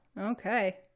Okay